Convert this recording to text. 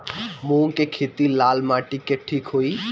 मूंग के खेती लाल माटी मे ठिक होई?